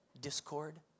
discord